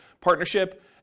partnership